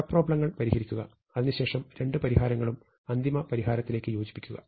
sub പ്രോബ്ലെങ്ങൾ പരിഹരിക്കുക അതിനുശേഷം രണ്ട് പരിഹാരങ്ങളും അന്തിമ പരിഹാരത്തിലേക്ക് യോജിപ്പിക്കുക